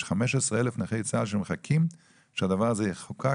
יש 15,000 נכי צה"ל שמחכים עשר שנים לכך שהדבר הזה יחוקק.